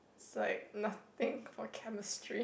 is like nothing for chemistry